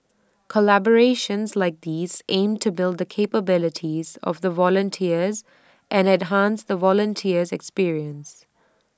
collaborations like these aim to build the capabilities of the volunteers and enhance the volunteer experience